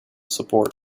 support